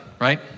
right